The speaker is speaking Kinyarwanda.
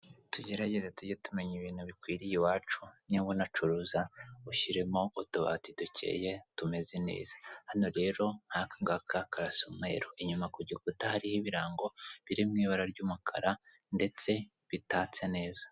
Tugerageze tujye tumenya ibintu bikwiriye iwacu, niba unacuruza ushyiremo utubati dukeye tumeze neza, hano rero nk'aka ngaka karasa umweru, inyuma ku gikuta hariho ibirango biri mu ibara ry'umukara ndetse bitatse neza.